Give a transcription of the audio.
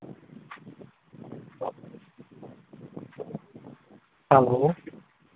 hello